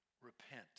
Repent